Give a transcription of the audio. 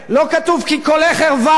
לא כתוב: כי קולך ערווה,